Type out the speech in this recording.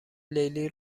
لیلی